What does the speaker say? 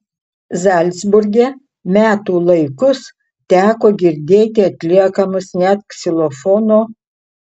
zalcburge metų laikus teko girdėti atliekamus net ksilofono